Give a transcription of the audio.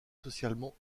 socialement